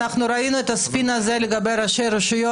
ראינו את הספין הזה לגבי ראשי רשויות.